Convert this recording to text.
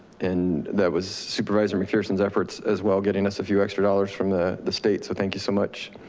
and that was supervisor mcpherson's efforts as well, getting us a few extra dollars from the the state. so thank you so much,